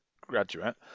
graduate